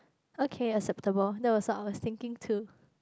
okay acceptable that was I was thinking too